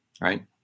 right